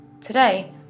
Today